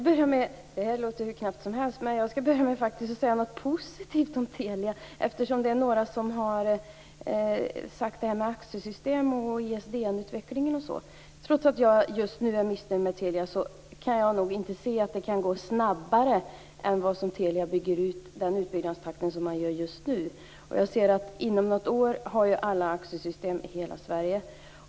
Fru talman! Jag skall börja med att säga något positivt om Telia, eftersom det är några som har talat om AXE-system, m.m. Trots att jag just nu är missnöjd med Telia tror jag inte att utbyggnaden kan ske snabbare än den nuvarande takten. Inom något år kommer alla i hela Sverige att vara anslutna till AXE systemet.